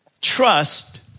trust